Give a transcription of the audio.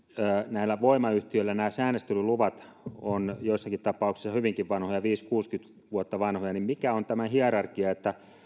ja voimayhtiöillä nämä säännöstelyluvat ovat joissakin tapauksissa hyvinkin vanhoja viisikymmentä viiva kuusikymmentä vuotta vanhoja niin mikä on tämä hierarkia